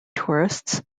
tourists